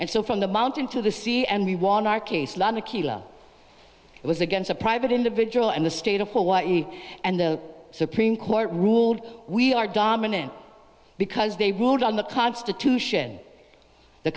and so from the mountain to the sea and we won our case law nikita it was against a private individual and the state of hawaii and the supreme court ruled we are dominant because they ruled on the constitution the